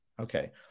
Okay